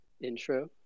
intro